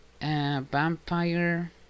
Vampire